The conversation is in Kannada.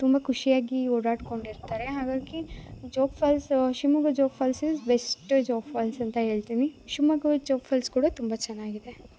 ತುಂಬ ಖುಷಿಯಾಗಿ ಓಡಾಡ್ಕೊಂಡು ಇರ್ತಾರೆ ಹಾಗಾಗಿ Jog falls Shivamogga Jog falls is best Jog falls ಅಂತ ಹೇಳ್ತಿನಿ ಶಿವಮೊಗ್ಗ ಜೋಗ ಫಾಲ್ಸ್ ಕೂಡ ತುಂಬ ಚೆನ್ನಾಗಿದೆ